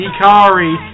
Ikari